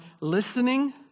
listening